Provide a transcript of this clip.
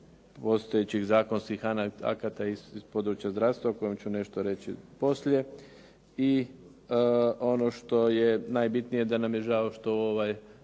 postojećih zakonskih akata iz područja zdravstva o kojem ću reći nešto poslije. I ono što je najbitnije da nam je žao što u ovaj